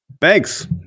Thanks